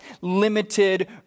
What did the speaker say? limited